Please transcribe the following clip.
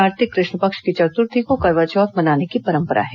कार्तिक कृष्ण पक्ष की चतुर्थी को करवा चौथ मनाने की परंपरा है